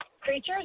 creatures